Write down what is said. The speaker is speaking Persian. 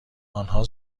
آنها